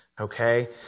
Okay